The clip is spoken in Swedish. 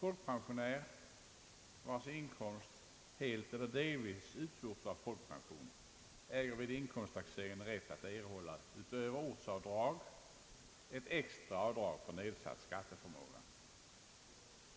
Folkpensionär, vars inkomst helt eller delvis utgjorts av folkpension, äger vid inkomsttaxeringen rätt att utöver ortsavdrag erhålla ett extra avdrag för nedsatt skatteförmåga.